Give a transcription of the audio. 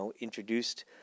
introduced